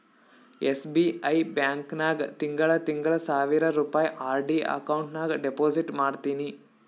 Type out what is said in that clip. SBI bank ನಾಗ್ ತಿಂಗಳಾ ತಿಂಗಳಾ ಸಾವಿರ್ ರುಪಾಯಿ ಆರ್.ಡಿ ಅಕೌಂಟ್ ನಾಗ್ ಡೆಪೋಸಿಟ್ ಮಾಡ್ತೀನಿ